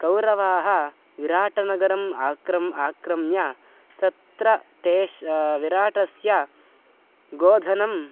कौरवाः विराटनगरम् आक्रम्य आक्रम्य तत्र तेष् विराटस्य गोधनम्